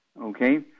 Okay